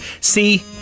see